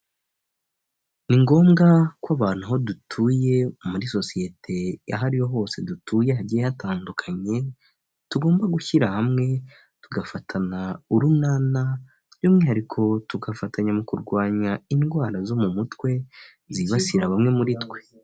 Ni ngombwa ko abantu aho dutuye muri sosiyete aho ariho hose dutuye hagiye hatandukanye tugomba gushyira hamwe tugafatana urunana by'umwihariko tugafatanya mu kurwanya indwara zo mu mutwe zibasira bamwe muri twe.